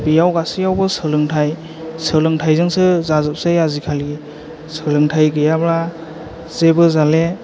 बेयाव गासैयावबो सोलोंथाइ सोलोंथाइजोंसो जाजोबसै आजिखालि सोलोंथाइ गैयाब्ला जेबो जालिया